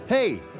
hey,